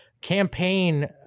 Campaign